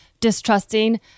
distrusting